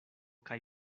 kaj